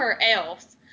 else